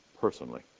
personally